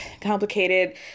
complicated